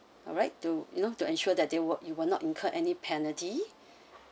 alright to you know to ensure that they will you will not incur any penalty